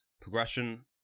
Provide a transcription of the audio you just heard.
progression